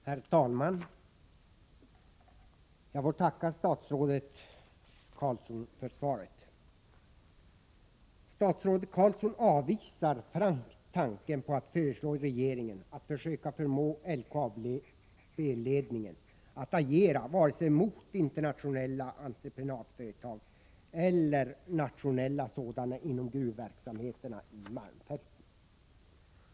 Herr talman! Jag får tacka statsrådet Roine Carlsson för svaret. Statsrådet Carlsson avvisar frankt tanken på att föreslå regeringen att försöka förmå LKAB-ledningen att agera mot vare sig internationella entreprenadföretag eller nationella sådana inom gruvverksamheten i malmfälten.